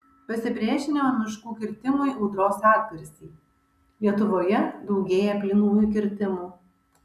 pasipriešinimo miškų kirtimui audros atgarsiai lietuvoje daugėja plynųjų kirtimų